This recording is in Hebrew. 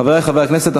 חברי חברי הכנסת,